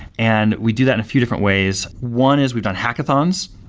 and we do that in a few different ways. one is we've done hackathons.